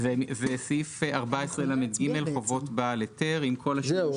סעיף 14לג, חובות בעל היתר, עם כל השינויים